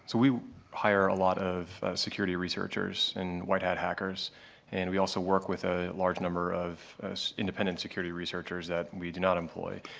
so we hire a lot of security researchers and white hat hackers and we also work with a large number of independent security researchers that we do not employ.